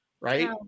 Right